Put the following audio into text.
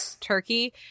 Turkey